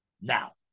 now